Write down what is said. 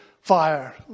fire